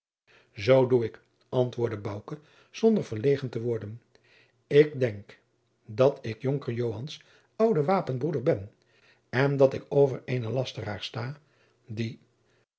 zoo doe ik antwoordde bouke zonder verlegen te worden ik denk dat ik jonker joans jacob van lennep de pleegzoon oude wapenbroeder ben en dat ik over eenen lasteraar sta die